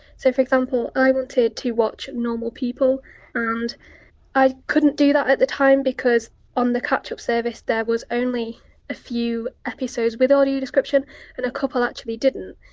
so, for example, i wanted to watch normal people and i couldn't do that at the time because on the catchup service there was only a few episodes with audio description and a couple actually didn't.